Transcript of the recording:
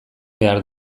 behar